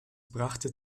brachte